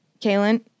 Kaylin